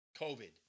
COVID